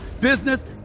business